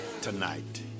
tonight